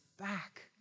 back